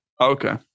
Okay